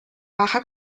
baja